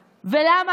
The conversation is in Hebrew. וכן,